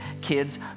kids